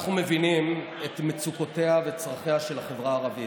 אנחנו מבינים את מצוקותיה ואת צרכיה של החברה הערבית.